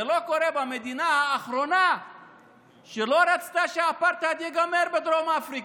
זה לא היה קורה במדינה האחרונה שלא רצתה שהאפרטהייד ייגמר בדרום אפריקה,